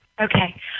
Okay